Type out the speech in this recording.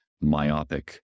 myopic